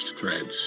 threads